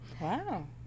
wow